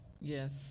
Yes